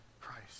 Christ